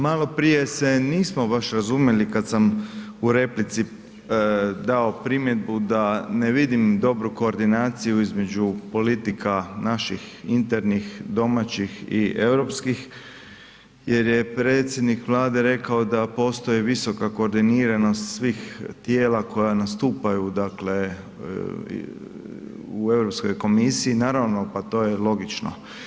Malo prije se nismo baš razumjeli kada sam u replici dao primjedbu da ne vidim dobru koordinaciju između politika naših internih, domaćih i europskih jer je predsjednik Vlade rekao da postoji visoka koordiniranost svih tijela koja nastupaju dakle u Europskoj komisiji, naravno pa to je logično.